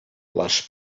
les